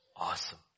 awesome